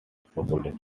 population